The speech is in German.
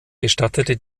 gestattete